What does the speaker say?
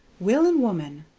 willin' woman,